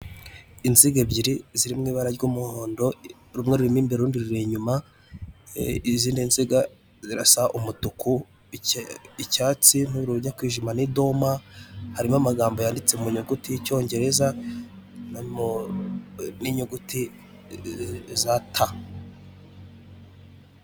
Inziga ebyiri ziri mu ibara ry'umuhondo, rumwe ririmo imbere, urundi ruri inyuma, izindi nziga zirasa umutuku icyatsi n'ubururu bujya kwijima n'idoma, harimo amagambo yanditse mu nyuguti y'icyongereza n'inyuguti za ta.